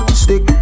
stick